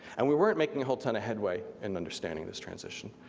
and we weren't making a whole ton of headway in understanding this transition.